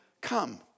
come